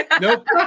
Nope